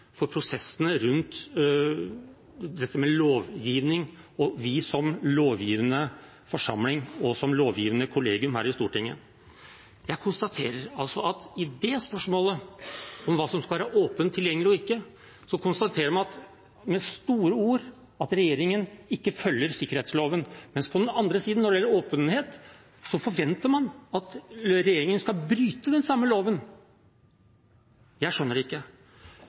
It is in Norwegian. for prosessene rundt dette med lovgivning og oss som lovgivende forsamling og lovgivende kollegium her i Stortinget. Jeg konstaterer at i spørsmålet om hva som skal være åpent tilgjengelig og ikke, konstaterer man med store ord at regjeringen ikke følger sikkerhetsloven, mens på den andre siden, når det gjelder åpenhet, forventer man at regjeringen skal bryte den samme loven. Jeg skjønner det ikke.